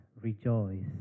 Rejoice